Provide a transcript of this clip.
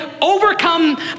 overcome